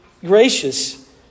gracious